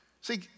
See